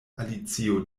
alicio